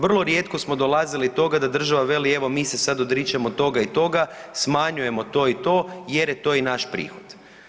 Vrlo rijetko smo dolazili do toga da država veli evo mi se sad odričemo toga i toga, smanjujemo to i to jer je to i naš prihod.